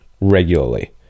regularly